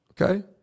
okay